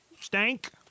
Stank